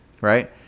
right